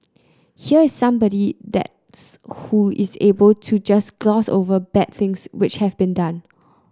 here is somebody that's who is able to just gloss over bad things which have been done